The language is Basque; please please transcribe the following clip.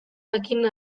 jakin